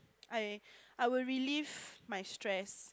I I would relieve my stress